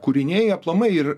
kūriniai aplamai ir